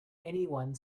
anyone